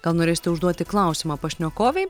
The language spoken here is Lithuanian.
gal norėsite užduoti klausimą pašnekovei